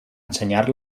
ensenyar